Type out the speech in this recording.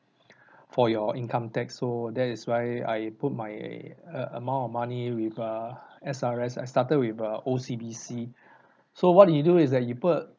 for your income tax so that is why I put my uh amount of money with err S_R_S I started with uh O_C_B_C so what did you do is that you put